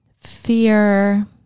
fear